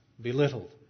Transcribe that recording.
belittled